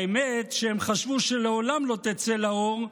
האמת שהם חשבו שלעולם לא תצא לאור,